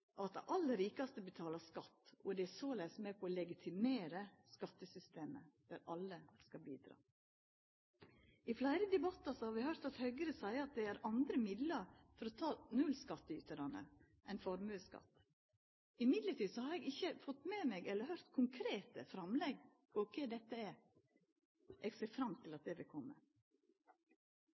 at dei aller rikaste betalar skatt og er såleis med på å legitimera skattesystemet, der alle skal bidra. I fleire debattar har vi høyrt Høgre seia at det er andre middel for å ta nullskatteytarane enn formuesskatt. Likevel har eg ikkje høyrt konkrete framlegg til kva dette er, men eg ser fram til at det vil